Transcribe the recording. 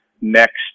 next